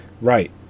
Right